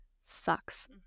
sucks